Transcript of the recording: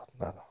no